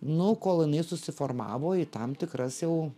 nu kol jinai susiformavo į tam tikras jau